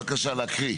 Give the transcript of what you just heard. בבקשה, להקריא.